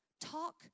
Talk